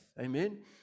Amen